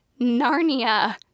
Narnia